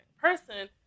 person